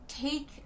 take